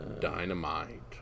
Dynamite